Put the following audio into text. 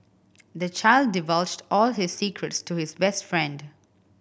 the child divulged all his secrets to his best friend